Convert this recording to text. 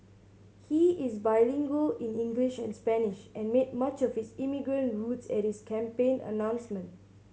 he is bilingual in English and Spanish and made much of his immigrant roots at his campaign announcement